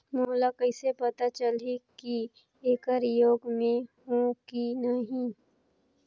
मोला कइसे पता चलही की येकर योग्य मैं हों की नहीं?